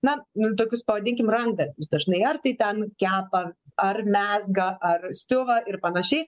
na nu tokius pavadinkim randa dažnai ar tai ten kepa ar mezga ar siuva ir panašiai